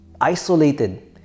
isolated